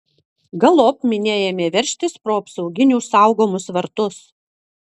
galop minia ėmė veržtis pro apsauginių saugomus vartus